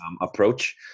approach